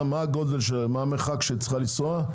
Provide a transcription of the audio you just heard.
המרחק שצריכה לנסוע,